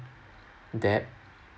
debt